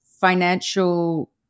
financial